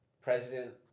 president